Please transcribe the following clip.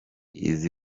izi